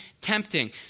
tempting